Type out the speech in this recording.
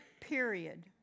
period